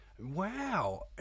Wow